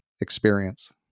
experience